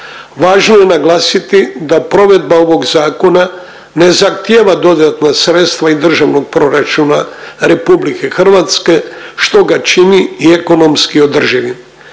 Važno je naglasiti da provedba ovog zakona ne zahtjeva dodatna sredstva iz Državnog proračuna RH što ga čini i ekonomski održivim.